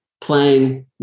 playing